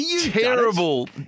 terrible